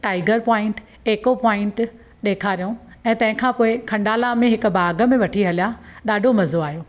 tiger Point Echo Point ॾेखारियूं ऐं तंहिंखां पोइ खंडाला में हिकु बाग़ में वठी हलिया ॾाढो मज़ो आहियो